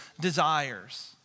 desires